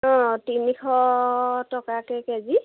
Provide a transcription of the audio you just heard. অঁ তিনিশ টকাকৈ কেজি